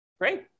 Great